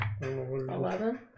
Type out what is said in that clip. Eleven